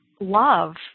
love